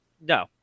no